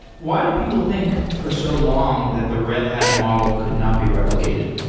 why did people think for so long that the red hat model could not be replicated?